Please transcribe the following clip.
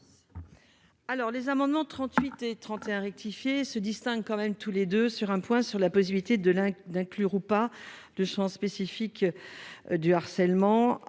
Alors les amendements 38 et 31 rectifié se distingue quand même tous les 2 sur un point sur la possibilité de l'un d'inclure ou pas de chance spécifique du harcèlement